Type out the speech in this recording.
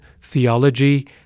theology